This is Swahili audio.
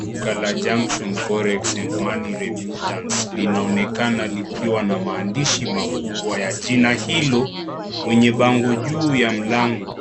Duka la junction forex and money remittance linaonekana likiwa na maandishi makubwa ya jina hilo kwenye bango juu ya mlango.